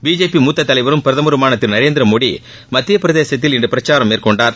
BJP மூத்த தலைவரும் பிரதமருமான திரு நரேந்திரமோடி மத்திய பிரதேசத்தில் இன்று பிரச்சாரம் மேற்கொண்டார்